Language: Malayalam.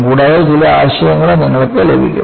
കൂടാതെ ചില ആശയങ്ങളും നിങ്ങൾക്ക് ലഭിക്കും